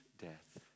death